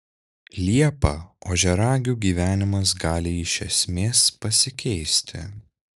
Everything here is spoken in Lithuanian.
liepą ožiaragių gyvenimas gali iš esmės pasikeisti